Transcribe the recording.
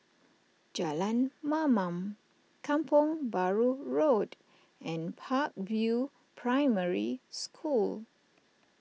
Jalan Mamam Kampong Bahru Road and Park View Primary School